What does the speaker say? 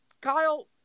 Kyle